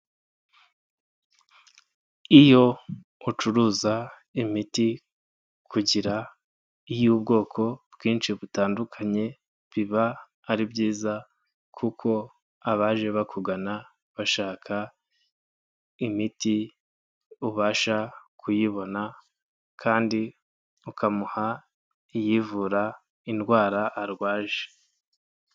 Iyo ucuruza imiti kugira iy'ubwoko bwinshi butandukanye biba ari byiza kuko abaje bakugana bashaka imiti ubasha kuyibona kandi ukamuha iyivura indwara arwaje.